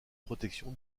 protection